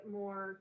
more